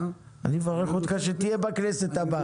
אני מברך אותך שתהיה בכנסת הבאה.